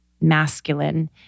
masculine